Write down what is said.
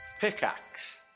Pickaxe